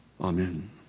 Amen